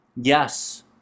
yes